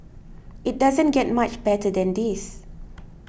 it doesn't get much better than this